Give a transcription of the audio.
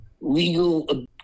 legal